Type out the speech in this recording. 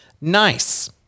Nice